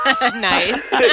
Nice